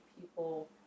people